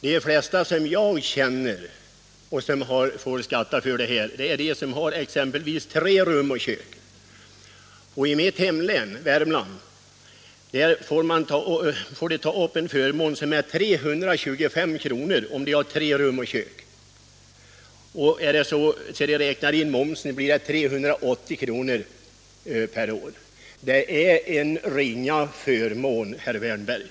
De flesta som jag känner och som får skatta för eget bränsle har tre rum och kök, och i mitt hemlän Värmland beräknas förmånen av fritt bränsle då till 325 kr. — med momsen inräknad 380 kr. per år. Det är en ringa förmån, herr Wärnberg.